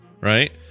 right